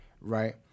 right